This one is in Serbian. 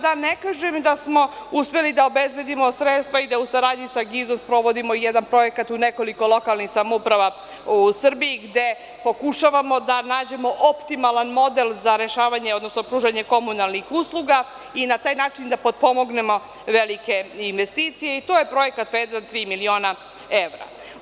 Da ne kažem da smo uspeli da obezbedimo sredstva i da u saradnji sa GIZ-om sprovodimo jedan projekat u nekoliko lokalnih samouprava u Srbiji, gde pokušavamo da nađemo optimalan model za rešavanje, odnosno pružanje komunalnih usluga i na taj način da potpomognemo velike investicije i to je projekat vredan tri miliona evra.